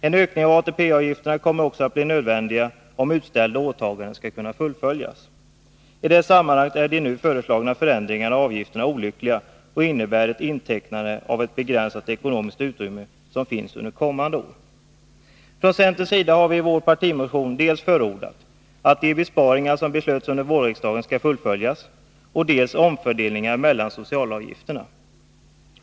En ökning av ATP-avgifterna kommer också att bli nödvändig om utställda åtaganden skall kunna fullföljas. I det sammanhanget är de nu föreslagna förändringarna av avgifterna olyckliga och innebär ett intecknande av det begränsade ekonomiska utrymmet under kommande år. Från centerns sida har vi i vår partimotion förordat dels att de besparingar som beslöts under vårriksdagen skall fullföljas, dels omfördelningar mellan socialavgifterna.